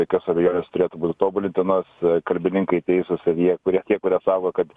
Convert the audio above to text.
jokios abejonės turėtų būti tobulintinas kalbininkai teisūs ir tie kurie sako kad